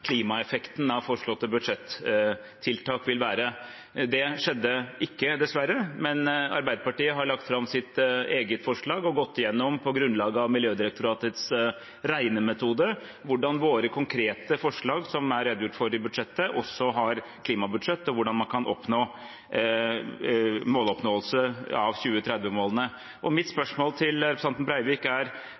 klimaeffekten av foreslåtte budsjettiltak ville være. Det skjedde ikke, dessverre, men Arbeiderpartiet har lagt fram sitt eget forslag og gått igjennom, på grunnlag av Miljødirektoratets regnemetode, hvordan våre konkrete forslag, som er redegjort for i budsjettet, også har klimabudsjett, og hvordan man kan nå 2030-målene. Mitt spørsmål til representanten Breivik er: